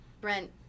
Brent